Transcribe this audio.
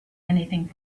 anything